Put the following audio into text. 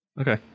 Okay